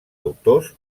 autors